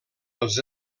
els